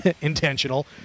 intentional